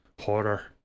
horror